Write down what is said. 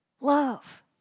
Love